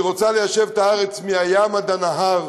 והיא רוצה ליישב את הארץ מהים עד הנהר,